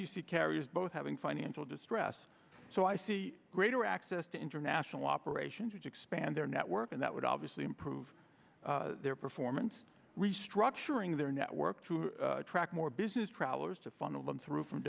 you see carriers both having financial distress so i see greater access to international operations which expand their network and that would obviously improve their performance restructuring their network to track more business travel to funnel them through from